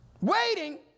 waiting